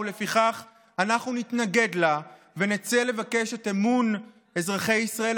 ולפיכך אנחנו נתנגד לה ונצא לבקש את אמון אזרחי ישראל,